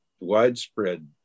widespread